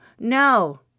No